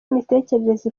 imitekerereze